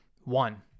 One